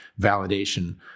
validation